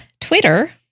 Twitter